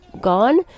gone